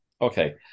Okay